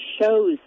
shows